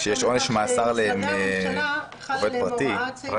על משרדי הממשלה חלה הוראת --- עדיין צריכה להיות,